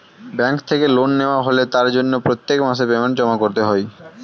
bank থেকে loan নেওয়া হলে তার জন্য প্রত্যেক মাসে পেমেন্ট জমা করতে হয়